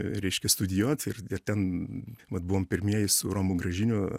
reiškia studijuot ir ir ten vat buvom pirmieji su romu gražiniu